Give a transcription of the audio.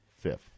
fifth